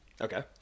Okay